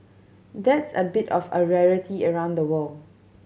that's a bit of a rarity around the world